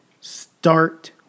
Start